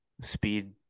speed